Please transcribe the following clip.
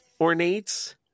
ornates